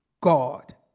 God